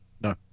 no